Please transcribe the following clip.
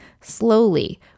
slowly